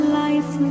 life